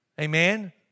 Amen